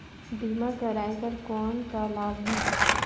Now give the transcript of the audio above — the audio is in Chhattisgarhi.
बीमा कराय कर कौन का लाभ है?